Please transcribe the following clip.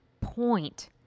point